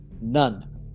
None